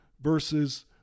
versus